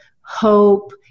hope